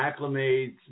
acclimates